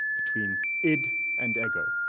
between id and ego.